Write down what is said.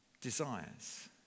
desires